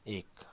एक